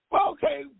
okay